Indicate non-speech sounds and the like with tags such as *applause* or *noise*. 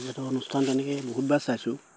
*unintelligible* অনুষ্ঠান তেনেকে বহুতবাৰ চাইছোঁ